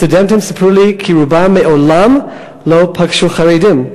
הסטודנטים סיפרו לי כי רובם מעולם לא פגשו חרדים,